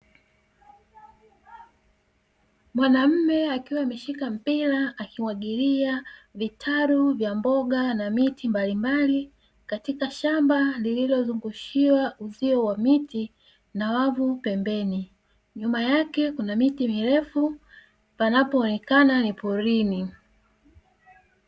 Mwanaume akiwa ameshikilia mpira akiwa anamwagilia vitaro ya mboga na miti mbalimbali, katika shamba lililozungushiwa uzio wa miti na wavu pembeni, nyuma yake pana miti mirefu panapo onekana ni porini.